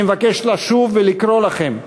אני מבקש לשוב ולקרוא לכם,